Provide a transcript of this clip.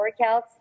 workouts